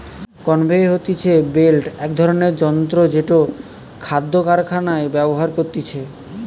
conveyor হতিছে belt এক ধরণের যন্ত্র জেটো খাদ্য কারখানায় ব্যবহার করতিছে